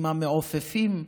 עם המעופפים,